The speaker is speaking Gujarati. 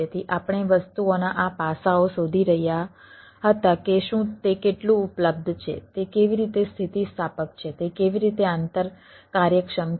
તેથી આપણે વસ્તુઓના આ પાસાઓ શોધી રહ્યા હતા કે શું તે કેટલું ઉપલબ્ધ છે તે કેવી રીતે સ્થિતિસ્થાપક છે તે કેવી રીતે આંતર કાર્યક્ષમ છે